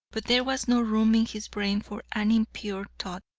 but there was no room in his brain for an impure thought.